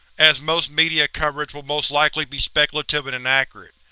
as most media coverage will most likely be speculative and inaccurate.